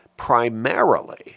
primarily